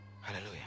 hallelujah